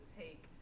take